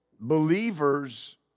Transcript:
Believers